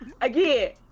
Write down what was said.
again